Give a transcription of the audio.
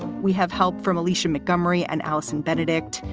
we have help from alicia mcmurry and alison benedict.